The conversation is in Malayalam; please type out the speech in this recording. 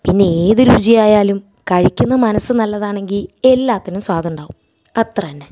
പിന്നേത് രുചി ആയാലും കഴിക്കുന്ന മനസ്സ് നല്ലതാണെങ്കിൽ എല്ലാത്തിനും സ്വാദുണ്ടാവും അത്രന്നെ